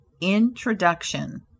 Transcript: Introduction